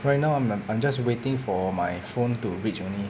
right now I I'm I'm just waiting for my phone to reach only